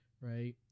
right